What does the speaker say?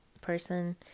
person